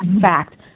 fact